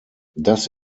das